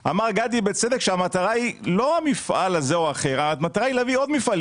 הסעיף הזה הגיע הנה בטעות רק בגלל שהחלטת הממשלה לא הספיקה לעבור בממשלה